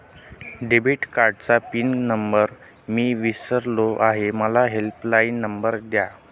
debit कार्डचा pin number मी विसरलो आहे मला हेल्पलाइन नंबर द्या